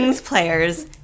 players